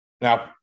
Now